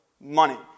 Money